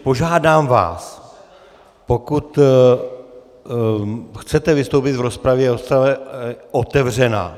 Požádám vás, pokud chcete vystoupit v rozpravě, rozprava je otevřená.